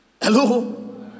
Hello